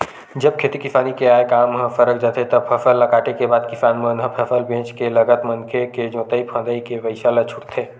जब खेती किसानी के आय काम ह सरक जाथे तब फसल ल काटे के बाद किसान मन ह फसल बेंच के लगत मनके के जोंतई फंदई के पइसा ल छूटथे